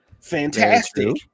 Fantastic